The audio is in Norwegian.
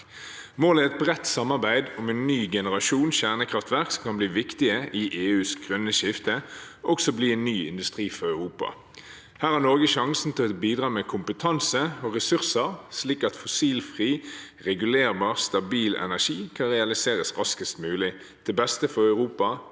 Målet er et bredt samarbeid om en ny generasjon kjernekraftverk som kan bli viktige i EUs grønne skifte, og også bli en ny industri for Europa. Her har Norge sjanse til å bidra med kompetanse og ressurser slik at fossilfri, regulerbar, stabil energi kan realiseres raskest mulig til beste for Europa,